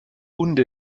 hunde